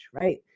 right